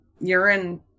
urine